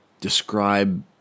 describe